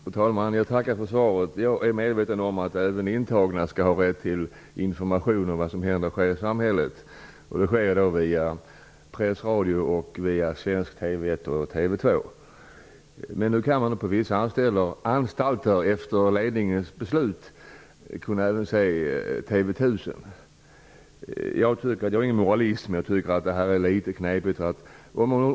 Fru talman! Jag tackar för svaret. Jag är medveten om att även intagna skall ha rätt till information om vad som händer och sker i samhället. Det får de genom press, radio och TV 1 På vissa anstalter kan de, efter ledningens beslut, även se TV 1000. Jag är ingen moralist, men jag tycker att detta är litet knepigt.